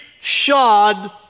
shod